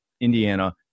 Indiana